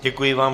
Děkuji vám.